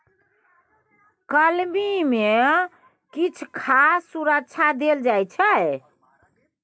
कलमी मे किछ खास सुरक्षा देल जाइ छै